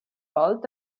bald